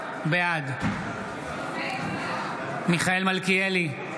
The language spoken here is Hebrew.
בעד מיכאל מלכיאלי,